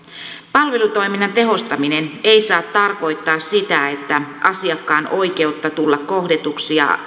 palvelutoiminnan tehostaminen ei saa tarkoittaa sitä että asiakkaan oikeutta tulla kohdatuksi ja